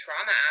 trauma